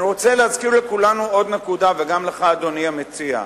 אני רוצה להזכיר לכולנו, וגם לך, המציע,